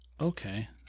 Okay